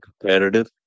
competitive